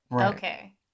Okay